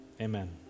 Amen